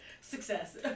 success